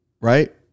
right